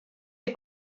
est